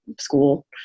school